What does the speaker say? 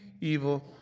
evil